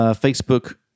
Facebook